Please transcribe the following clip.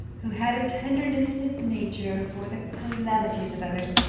who had a tenderness in his nature for the calamities of others,